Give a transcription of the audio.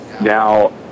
Now